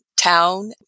town